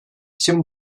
için